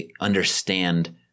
understand